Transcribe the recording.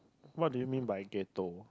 what do you mean by ghetto